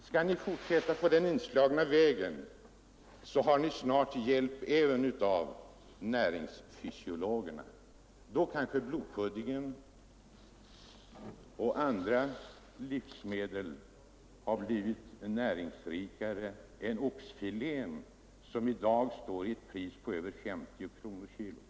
Skall ni fortsätta på den inslagna vägen, så tar ni snart hjälp även av näringsfysiologerna. Då kanske blodpuddingen och andra livsmedel har blivit näringsrikare än oxfilén, som i dag står i ett pris på över 50 kronor kilot.